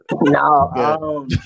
no